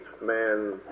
man